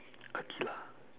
Aqilah